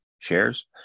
Shares